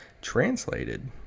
Translated